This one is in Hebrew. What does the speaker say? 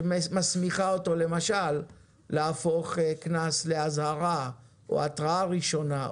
שמסמיכה אותו למשל להפוך קנס לאזהרה או התראה ראשונה,